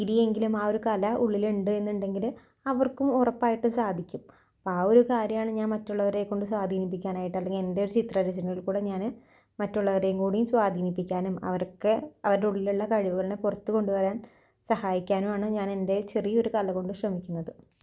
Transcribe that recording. ഇത്തിരിയെങ്കിലും ആ ഒരു കല ഉള്ളിലുണ്ട് എന്നുണ്ടെങ്കിൽ അവർക്കും ഉറപ്പായിട്ടും സാധിക്കും അപ്പം ആ ഒരു കാര്യമാണ് ഞാൻ മറ്റുള്ളവരെക്കൊണ്ട് സ്വാധീനിപ്പിക്കാനായിട്ട് അല്ലെങ്കിൽ എന്റെ ഒരു ചിത്രരചനയില് കൂടെ ഞാൻ മറ്റുള്ളവരെം കൂടി സ്വാധീനിപ്പിക്കാനും അവർക്ക് അവരുടെ ഉള്ളിലുള്ള കഴിവുകളിനെ പുറത്തുകൊണ്ടുവരാൻ സഹായിക്കാനും ആണ് ഞാൻ എന്റെ ചെറിയൊരു കലകൊണ്ട് ശ്രമിക്കുന്നത്